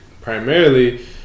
primarily